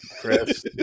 Chris